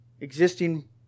Existing